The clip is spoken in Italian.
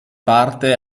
parte